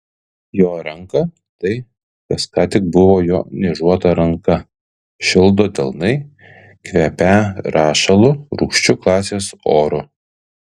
jo ranką tai kas ką tik buvo jo niežuota ranka šildo delnai kvepią rašalu rūgščiu klasės oru